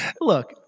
look